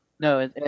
No